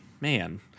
Man